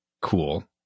cool